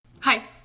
Hi